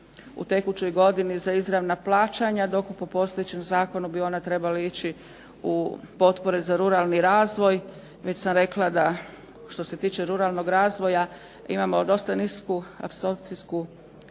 u tekućoj godini za izravna plaćanja dok po postojećem zakonu bi ona trebala ići u potpore za ruralni razvoj. Već sam rekla da što se tiče ruralnog razvoja imamo dosta nisku apsorbcijsku